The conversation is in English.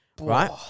Right